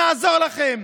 נעזור לכם,